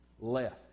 left